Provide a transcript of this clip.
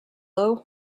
low